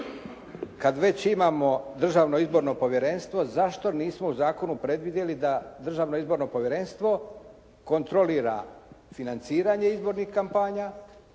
Kad već imamo Državno izborno povjerenstvo, zašto nismo u zakonu predvidjeli da Državno izborno povjerenstvo kontrolira financiranje izbornih kampanja